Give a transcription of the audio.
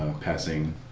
passing